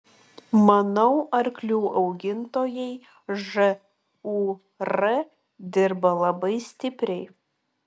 manau arklių augintojai žūr dirba labai stipriai